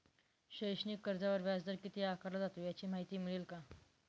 शैक्षणिक कर्जावर व्याजदर किती आकारला जातो? याची माहिती मिळेल का?